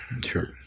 sure